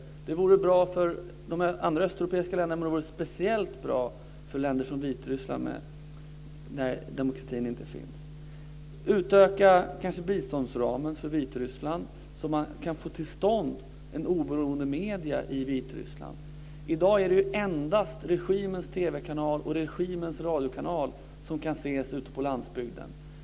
Det vore bra för de andra östeuropeiska länderna, men det vore speciellt bra för länder som Vitryssland, där det inte finns någon demokrati. Vi kan kanske utöka biståndsramen för Vitryssland, så att man kan få till stånd oberoende medier i Vitryssland. I dag är det endast regimens TV-kanal och regimens radiokanal som kan tas in ute på landsbygden.